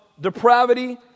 depravity